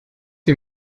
wie